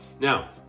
Now